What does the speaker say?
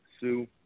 Sue